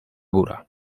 góra